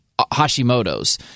Hashimoto's